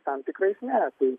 tam tikrais ne tai